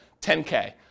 10K